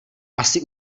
asi